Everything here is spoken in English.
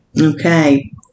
Okay